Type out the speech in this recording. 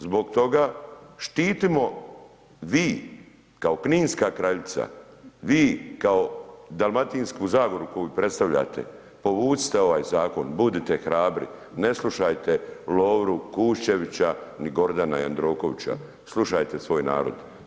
Zbog toga štitimo vi, kao kninska kraljica, vi kao Dalmatinsku zagoru koju predstavljate povucite ovaj zakon, budite hrabri ne slušajte Lovru Kušćevića, ni Gordana Jandrokovića, slušajte svoj narod.